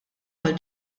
mal